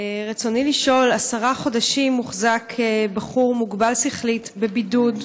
רצוני לשאול: עשרה חודשים מוחזק נער מוגבל שכלית בבידוד,